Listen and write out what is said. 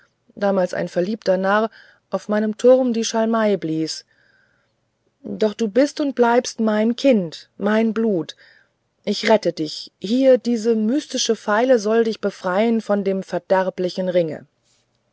damals ein verliebter narr auf meinem turm die schalmei blies doch du bist und bleibst mein kind mein blut ich rette dich hier diese mystische feile soll dich befreien von dem verderblichen ringe